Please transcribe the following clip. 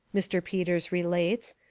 mr. peters relates,